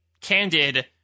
candid